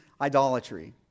idolatry